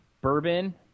bourbon